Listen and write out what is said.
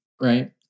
Right